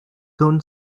soon